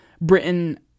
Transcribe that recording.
Britain